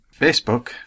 Facebook